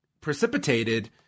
Precipitated